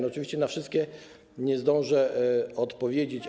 Oczywiście na wszystkie nie zdążę odpowiedzieć.